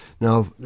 Now